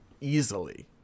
easily